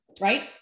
right